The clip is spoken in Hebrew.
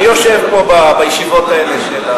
אני יושב פה, בישיבות האלה,